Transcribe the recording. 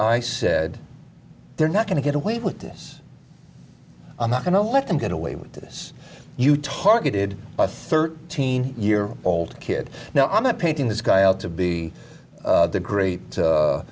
i said they're not going to get away with this i'm not going to let them get away with this you targeted a thirteen year old kid now i'm not painting this guy out to be the great